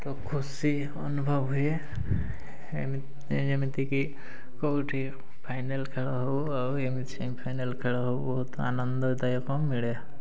ଖୁସି ଅନୁଭବ ହୁଏ ଯେମିତିକି କେଉଁଠି ଫାଇନାଲ୍ ଖେଳ ହଉ ଆଉ ଏମିତି ସେମି ଫାଇନାଲ୍ ଖେଳ ହଉ ବହୁତ ଆନନ୍ଦଦାୟକ ମିଳେ